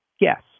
yes